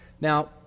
Now